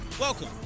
Welcome